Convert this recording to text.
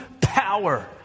power